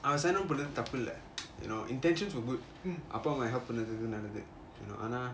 அவன்:avan sign on பண்றது தப்பு இல்ல:panrathu thappu illa you know intentions were good அப்பா அம்மா:appa amma help பண்றது நல்லது அனா:panrathu nalathu ana